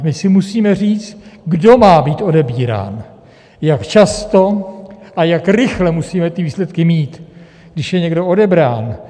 My si musíme říct, kdo má být odebírán, jak často a jak rychle musíme ty výsledky mít, když je někdo odebrán.